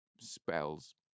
spells